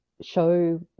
show